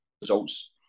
results